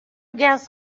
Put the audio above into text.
guess